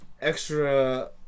extra